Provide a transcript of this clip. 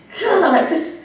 God